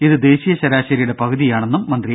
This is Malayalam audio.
ഇത് ദേശീയ ശരാശരിയുടെ പകുതിയാണെന്നും മന്ത്രി